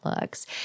looks